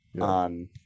on